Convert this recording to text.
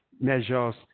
measures